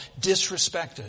disrespected